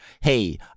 hey